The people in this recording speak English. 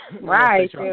right